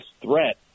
threat